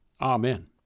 Amen